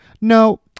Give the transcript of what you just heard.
No